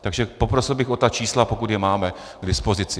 Takže poprosil bych o ta čísla, pokud je máme k dispozici.